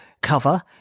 cover